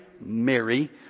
Mary